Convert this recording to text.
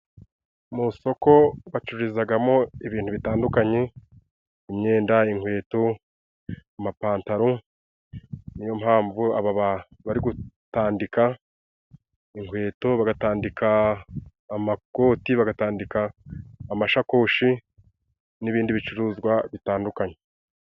Mu isoko bacururizagamo ibintu bitandukanye imyenda, inkweto, amapantaro niyo mpamvu aba bari gutandika inkweto, bagatandika amakoti ,bagatandika amashakoshi n'ibindi bicuruzwa bitandukanye.